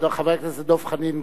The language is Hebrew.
חבר הכנסת דב חנין,